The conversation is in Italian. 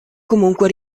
comunque